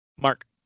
Mark